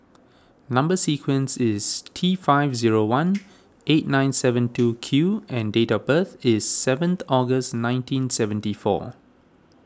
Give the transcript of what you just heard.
Number Sequence is T five zero one eight nine seven two Q and date of birth is seventh August nineteen seventy four